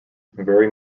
very